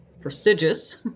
Prestigious